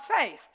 faith